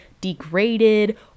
degraded